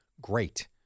Great